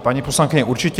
Paní poslankyně, určitě.